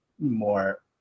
more